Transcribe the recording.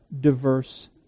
diverse